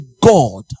God